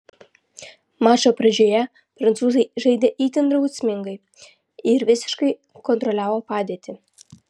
mačo pradžioje prancūzai žaidė itin drausmingai ir visiškai kontroliavo padėtį